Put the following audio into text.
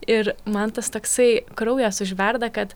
ir man tas toksai kraujas užverda kad